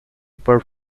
per